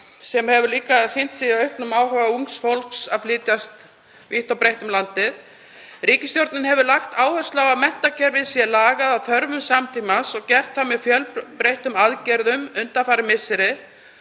sem hefur líka sýnt sig í auknum áhuga ungs fólks á að flytjast vítt og breitt um landið. Ríkisstjórnin hefur lagt áherslu á að menntakerfið sé lagað að þörfum samtímans og gert það með fjölbreyttum aðgerðum undanfarin misseri.